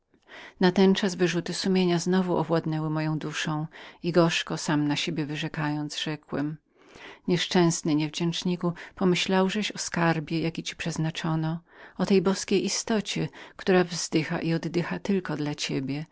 natenczas zgryzoty znowu owładnęły moją duszą i gorzko sam na siebie wyrzekając rzekłem nieszczęśliwy niewdzięczniku pomyślałżeś o skarbie jaki ci przeznaczono o tej boskiej istocie która wzdycha i oddycha tylko dla ciebie